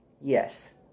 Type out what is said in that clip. yes